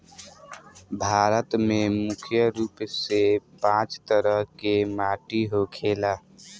भारत में मुख्य रूप से पांच तरह के माटी होखेला